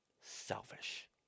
selfish